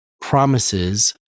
promises